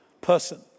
person